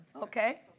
okay